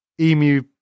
Emu